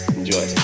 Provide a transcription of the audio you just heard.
Enjoy